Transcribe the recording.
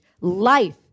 life